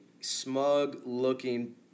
smug-looking